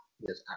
yes